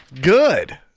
Good